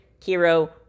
Kiro